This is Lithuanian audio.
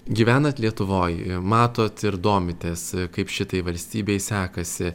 gyvenat lietuvoj matot ir domitės kaip šitai valstybei sekasi